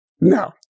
no